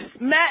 Matt